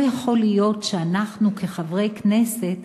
לא יכול להיות שאנחנו כחברי כנסת